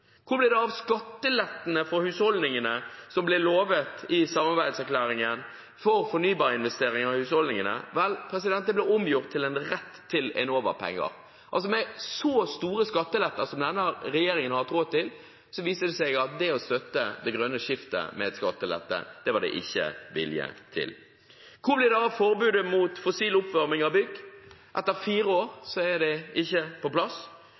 Hvor ble det av skattelettene for husholdningene – som ble lovet i samarbeidserklæringen – for å få fornybarinvesteringer i husholdningene? Vel, det ble omgjort til en rett til Enova-penger. Med så store skatteletter som denne regjeringen har hatt råd til, viser det seg at det å støtte det grønne skiftet med skattelette var det ikke vilje til. Hvor ble det av forbudet mot fossil oppvarming av bygg? Etter fire år er det ikke på plass.